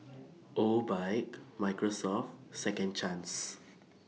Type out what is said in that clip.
Obike Microsoft Second Chance